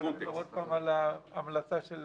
אתה יכול לחזור שוב על ההמלצה של